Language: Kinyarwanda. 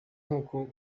nk’uko